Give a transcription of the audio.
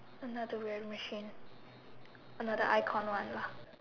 another weird machine another icon one lah